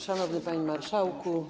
Szanowny Panie Marszałku!